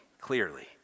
clearly